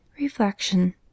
Reflection